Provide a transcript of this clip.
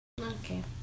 Okay